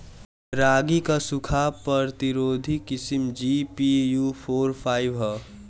रागी क सूखा प्रतिरोधी किस्म जी.पी.यू फोर फाइव ह?